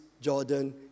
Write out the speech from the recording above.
Jordan